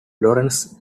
lawrence